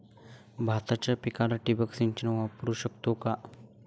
भाताच्या पिकाला ठिबक सिंचन वापरू शकतो का?